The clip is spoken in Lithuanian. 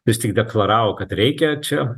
vis tik deklaravo kad reikia čia